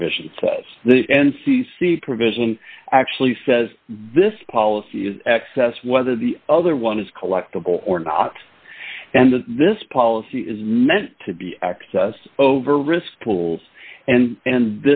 provision says the n c c provision actually says this policy is excess whether the other one is collectible or not and that this policy is meant to be access over risk pools and and